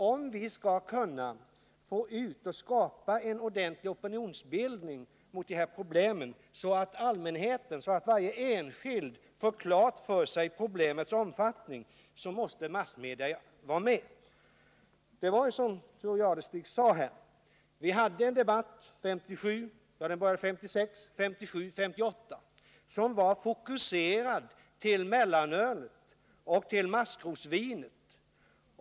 Om vi skall kunna skapa en ordentlig opinion mot alkoholbruket, så att allmänheten och varje enskild får klart för sig problemens omfattning, måste massmedia vara med. Som Thure Jadestig sade hade vi åren 1976-1978 en debatt som var fokuserad på mellanölet och maskrosvinet.